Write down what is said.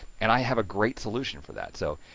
and i have a great solution for that. so,